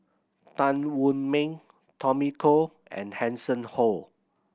Tan Wu Meng Tommy Koh and Hanson Ho